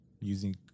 using